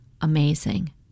amazing